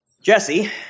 Jesse